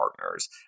partners